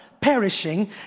perishing